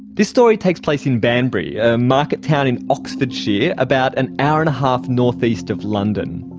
this story takes place in banbury, a market town in oxfordshire, about an hour and a half north-east of london.